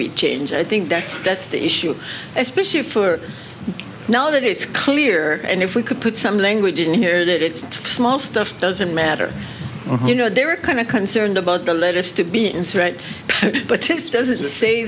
we change i think that's that's the issue especially for now that it's clear and if we could put some language didn't hear that it's small stuff doesn't matter you know they were kind of concerned about the latest to beings right but it doesn't say